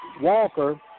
Walker